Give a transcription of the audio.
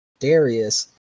Darius